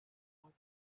foggy